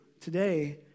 today